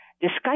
discuss